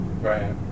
right